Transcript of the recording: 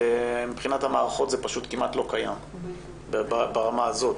ומבחינת המערכות, זה פשוט כמעט לא קיים ברמה הזאת.